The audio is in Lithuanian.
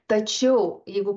tačiau jeigu